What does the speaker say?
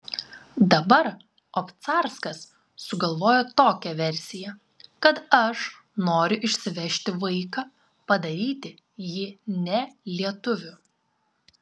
dabar obcarskas sugalvojo tokią versiją kad aš noriu išsivežti vaiką padaryti jį ne lietuviu